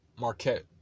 Marquette